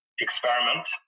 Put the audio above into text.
experiment